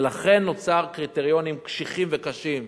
ולכן נוצרו קריטריונים קשיחים וקשים.